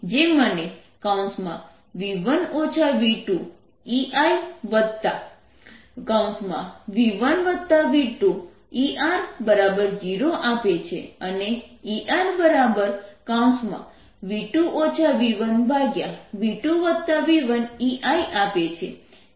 જે મને v1 v2 EI v1v2 ER0 આપે છે અને ERv2 v1v2v1EI આપે છે